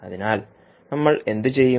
അതിനാൽ നമ്മൾ എന്തു ചെയ്യും